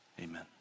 Amen